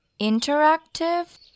Interactive